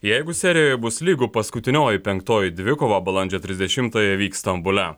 jeigu serijoje bus lygu paskutinioji penktoji dvikova balandžio trisdešimtąją vyks stambule